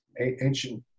ancient